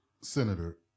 senator